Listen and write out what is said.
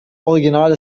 original